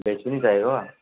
veg पनि चाहिएको